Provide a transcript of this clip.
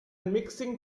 mixing